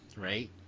right